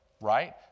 Right